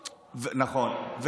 נכון.